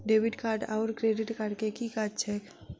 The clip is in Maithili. डेबिट कार्ड आओर क्रेडिट कार्ड केँ की काज छैक?